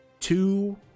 Two